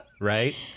Right